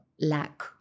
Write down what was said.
lack